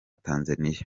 tanzaniya